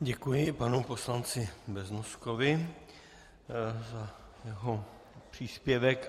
Děkuji panu poslanci Beznoskovi za jeho příspěvek.